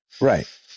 Right